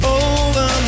over